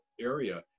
area